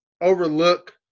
overlook